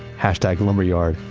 hashtag lumberyard,